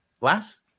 Last